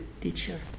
teacher